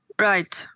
right